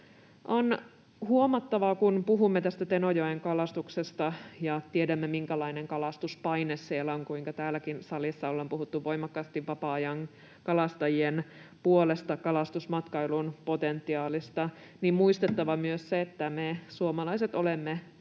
On huomattava, että kun puhumme tästä Tenojoen kalastuksesta ja tiedämme minkälainen kalastuspaine siellä on, kuinka täällä salissakin ollaan puhuttu voimakkaasti vapaa-ajankalastajien puolesta ja kalastusmatkailun potentiaalista, niin on muistettava myös se, että me suomalaiset olemme